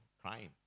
crying